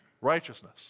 righteousness